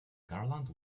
garland